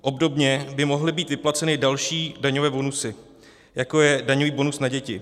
Obdobně by mohly být vyplaceny další daňové bonusy, jako je daňový bonus na děti.